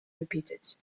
repeated